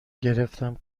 گرفتم